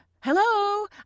Hello